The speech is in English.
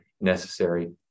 necessary